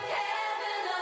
heaven